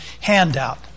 handout